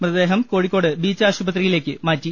മൃതദേഹം കോഴിക്കോട് ബീച്ച്ആശുപത്രിയിലേക്ക് മാറ്റി